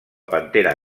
pantera